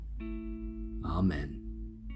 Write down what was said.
Amen